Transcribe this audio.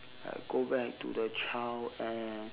I'll go back to the child and